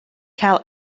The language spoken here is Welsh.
cael